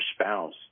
spouse